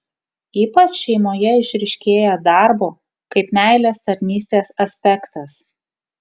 ypač šeimoje išryškėja darbo kaip meilės tarnystės aspektas